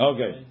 Okay